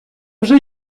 вже